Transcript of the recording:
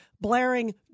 blaring